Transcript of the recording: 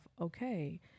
okay